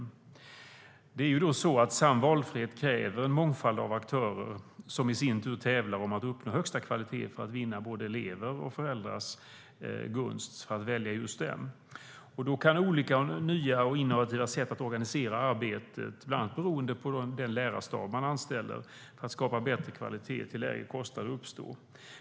Sann valfrihet kräver en mångfald av aktörer som i sin tur tävlar om att uppnå högsta kvaliteten för att vinna både elevers och föräldrars gunst. Då kan olika nya och innovativa sätt att organisera arbetet, bland annat beroende på den lärarstab man anställer, för att skapa bättre kvalitet till lägre kostnad uppstå.